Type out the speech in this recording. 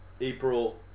April